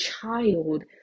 child